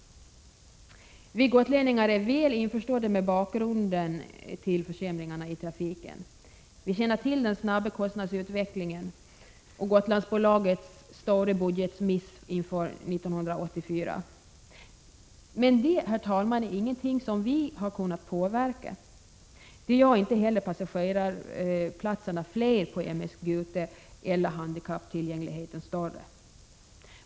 Vi gotlänningar är väl införstådda med bakgrunden till försämringarna i trafiken. Vi känner till den snabba kostnadsutvecklingen och Gotlandsbola gets stora budgetmiss inför 1984. Men, herr talman, detta är ingenting som vi har kunnat påverka. Det gör inte heller passagerarplatserna fler eller handikapptillgängligheten större på M/S Gute.